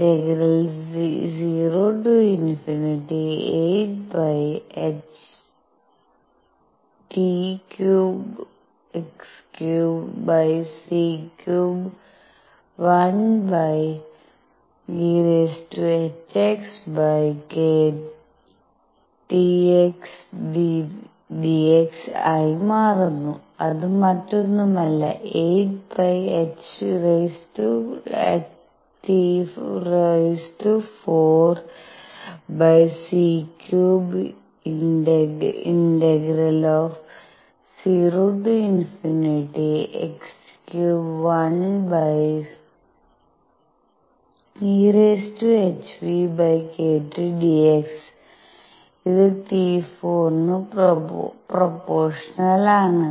∞8πhT³x³c³1eʰˣᵏTdx ആയി മാറുന്നു അത് മറ്റൊന്നുമല്ല 8πhT⁴c³∫₀∞x³1e⁽ʰᵛᵏᵀ⁾dx ഇത് T⁴ ന് പ്രൊപോഷണൽ ആണ്